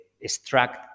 extract